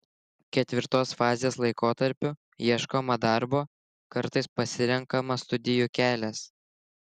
ketvirtos fazės laikotarpiu ieškoma darbo kartais pasirenkama studijų kelias